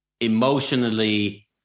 emotionally